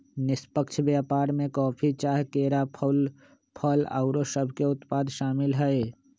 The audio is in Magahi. निष्पक्ष व्यापार में कॉफी, चाह, केरा, फूल, फल आउरो सभके उत्पाद सामिल हइ